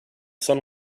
sun